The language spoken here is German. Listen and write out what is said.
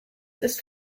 ist